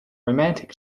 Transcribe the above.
romantic